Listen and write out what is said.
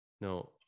No